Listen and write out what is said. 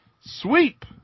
sweep